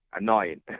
annoying